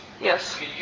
Yes